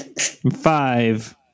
five